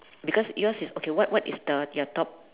because yours is okay what what is the your top